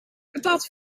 patat